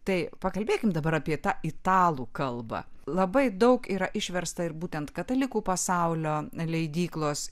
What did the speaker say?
tai pakalbėkim dabar apie tą italų kalbą labai daug yra išversta ir būtent katalikų pasaulio leidyklos